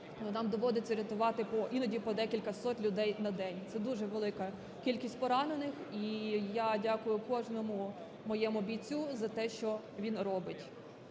нам доводиться рятувати іноді по декількасот людей на день. Це дуже велика кількість поранених. І я дякую кожному моєму бійцю за те, що він робить.